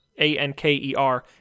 A-N-K-E-R